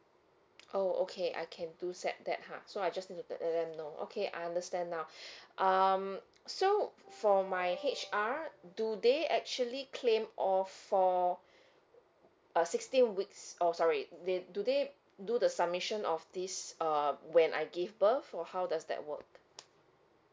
oh okay I can do set that ha so I just need to let them know okay I understand now um so for my H_R do they actually claim or for uh sixteen weeks oh sorry they do they do the submission of this uh when I give birth or how does that work